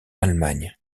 allemagne